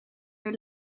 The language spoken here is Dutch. weer